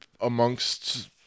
amongst